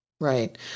right